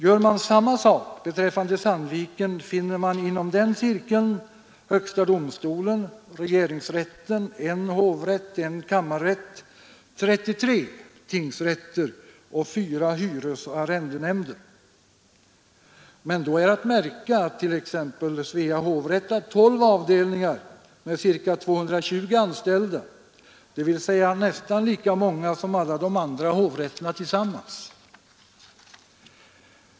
Gör vi samma sak beträffande Sandviken finner vi inom den cirkeln högsta domstolen, regeringsrätten, I hovrätt, I kammarrätt, 33 tingsrätter och 4 hyresoch arrendenämnder men då är att märka att t.ex. Svea hovrätt har 12 avdelningar med ca 220 anställda, dvs. nästan lika många som alla de andra hovrätterna tillsammans.